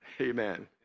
Amen